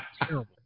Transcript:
terrible